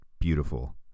beautiful